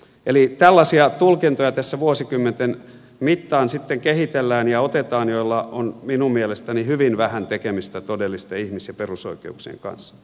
eli tällaisia tulkintoja tässä vuosikymmenten mittaan sitten kehitellään ja otetaan ja niillä on minun mielestäni hyvin vähän tekemistä todellisten ihmis ja perusoikeuksien kanssa